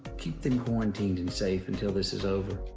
keep them quarantined and safe until this is over.